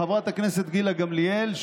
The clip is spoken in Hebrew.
חברת הכנסת גילה גמליאל,